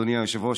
אדוני היושב-ראש,